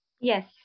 Yes